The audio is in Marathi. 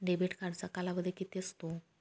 डेबिट कार्डचा कालावधी किती असतो?